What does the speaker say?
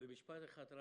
במשפט אחד: